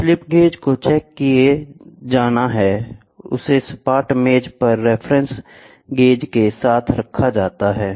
जिस slip gauge को check किया जाना है उसे सपाट मेज पर रेफरेंस गेज के साथ रखा जाता है